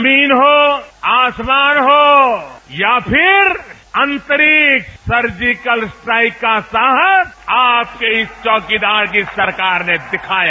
जमीन हो आसमान हो या फिर अंतरिक्ष सर्जिकल स्ट्राइक का साहस आपके इस चौकीदार की सरकार ने सिखाया